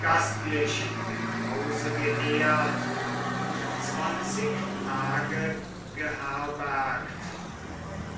gastlich im hause geehrt und zwanzig tage geherbergt